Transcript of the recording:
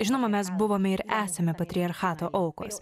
žinoma mes buvome ir esame patriarchato aukos